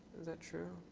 that true?